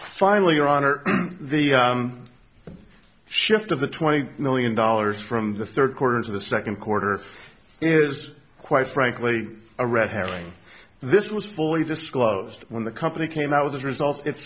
finally your honor the shift of the twenty million dollars from the third quarter to the second quarter is quite frankly a red herring this was fully disclosed when the company came out with its results it